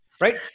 right